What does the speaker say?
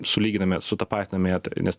sulyginami sutapatinami nes